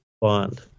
bond